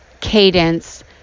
cadence